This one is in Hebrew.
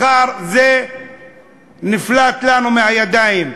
מחר זה נפלט לנו מהידיים.